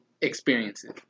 experiences